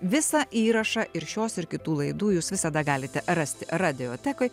visą įrašą ir šios ir kitų laidų jūs visada galite rasti radiotekoj